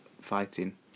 fighting